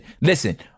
listen